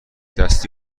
دستی